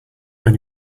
only